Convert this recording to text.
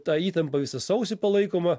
ta įtampa visą sausį palaikoma